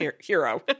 hero